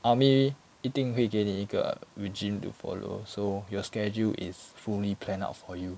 army 一定会给你一个 regime to follow so your schedule is fully planned out for you